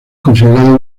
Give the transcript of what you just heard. considerado